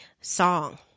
Song